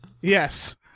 Yes